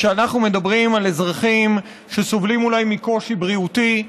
כשאנחנו מדברים על אזרחים שסובלים אולי מקושי בריאותי,